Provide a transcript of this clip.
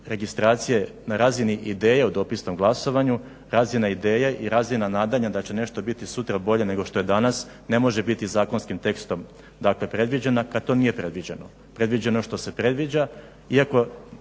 registracije na razini ideje o dopisnom glasovanju, razina ideje i razina nadanja da će nešto sutra biti bolje nego što je danas ne može biti zakonskim tekstom predviđena kada to nije predviđeno. Predviđeno je ono što se predviđa iako